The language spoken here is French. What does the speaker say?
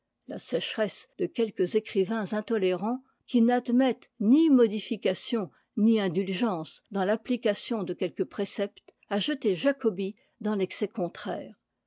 la sécheresse de quelques écrivains intolérants qui n'admettent ni modification ni indulgence dans l'application de quelques préceptes a jeté jacobi dans l'excès contraire